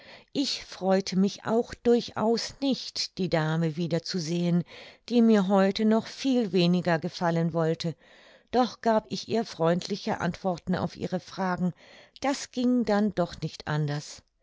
ich freute mich auch durchaus nicht die dame wieder zu sehen die mir heute noch viel weniger gefallen wollte doch gab ich ihr freundliche antworten auf ihre fragen das ging doch nicht anders